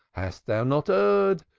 hast thou not erred?